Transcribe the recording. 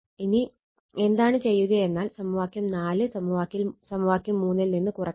ഇനി എന്താണ് ചെയ്യുകയെന്നാൽ സമവാക്യം സമവാക്യം ൽ നിന്ന് കുറക്കണം